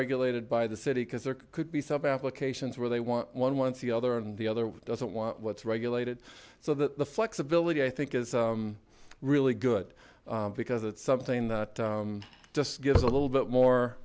regulated by the city because there could be some applications where they want one once the other and the other doesn't want what's regulated so that flexibility i think is really good because it's something that just gives a little bit more